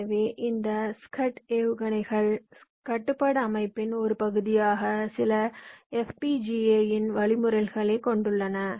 எனவே இந்த ஸ்கட் ஏவுகணைகள் கட்டுப்பாட்டு அமைப்பின் ஒரு பகுதியாக சில FPGA இன் வழிமுறைகளைக் கொண்டுள்ளன